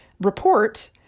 report